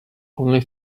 only